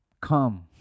Come